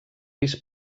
pis